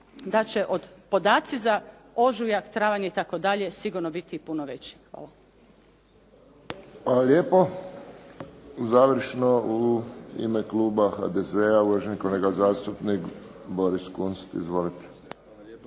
da će podaci za ožujak, travanj itd., sigurno biti i puno veći. Hvala.